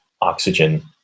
oxygen